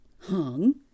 hung